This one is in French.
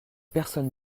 personne